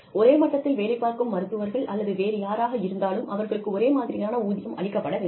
ஒரே மட்டத்தில் வேலைப் பார்க்கும் மருத்துவர்கள் அல்லது வேறு யாராக இருந்தாலும் அவர்களுக்கு ஒரே மாதிரியான ஊதியம் அளிக்கப்பட வேண்டும்